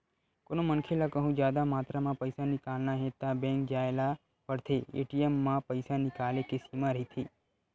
कोनो मनखे ल कहूँ जादा मातरा म पइसा निकालना हे त बेंक जाए ल परथे, ए.टी.एम म पइसा निकाले के सीमा रहिथे